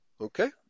okay